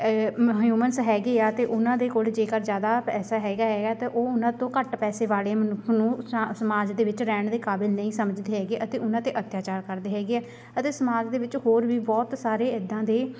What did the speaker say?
ਮ ਹਿਊਮਨਸ ਹੈਗੇ ਆ ਅਤੇ ਉਹਨਾਂ ਦੇ ਕੋਲ ਜੇਕਰ ਜ਼ਿਆਦਾ ਪੈਸਾ ਹੈਗਾ ਐਗਾ ਤਾ ਉਹ ਉਹਨਾਂ ਤੋਂ ਘੱਟ ਪੈਸੇ ਵਾਲੇ ਮਨੁੱਖ ਨੂੰ ਸਾ ਸਮਾਜ ਦੇ ਵਿੱਚ ਰਹਿਣ ਦੇ ਕਾਬਿਲ ਨਹੀਂ ਸਮਝਦੇ ਹੈਗੇ ਅਤੇ ਉਹਨਾਂ 'ਤੇ ਅੱਤਿਆਚਾਰ ਕਰਦੇ ਹੈਗੇ ਆ ਅਤੇ ਸਮਾਜ ਦੇ ਵਿੱਚ ਹੋਰ ਵੀ ਬਹੁਤ ਸਾਰੇ ਇੱਦਾਂ ਦੇ